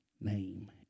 name